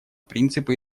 принципы